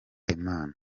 imana